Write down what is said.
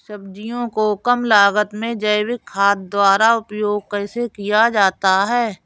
सब्जियों को कम लागत में जैविक खाद द्वारा उपयोग कैसे किया जाता है?